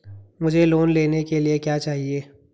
मुझे लोन लेने के लिए क्या चाहिए?